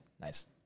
Nice